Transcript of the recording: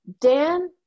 Dan